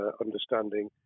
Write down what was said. understanding